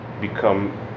become